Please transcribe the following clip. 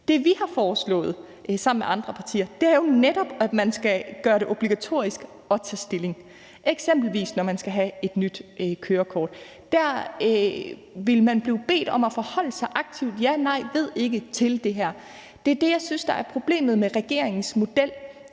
Det, vi har foreslået sammen med andre partier, er jo netop, at man skal gøre det obligatorisk at tage stilling. Når man eksempelvis skal have et nyt kørekort, vil man blive bedt om at forholde sig aktivt til det – ja, nej, ved ikke. Det er det, jeg synes, der er problemet med regeringens model,